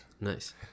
Nice